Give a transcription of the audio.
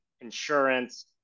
insurance